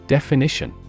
Definition